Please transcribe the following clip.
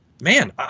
Man